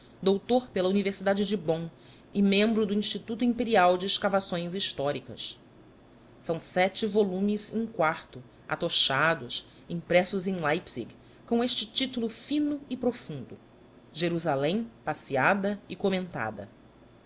doutor pela universidade de bonn e membro do instituto imperial de escavações históricas são sete volumes in quarto atochados impressos em leipzig com este titulo fino e profundo em cada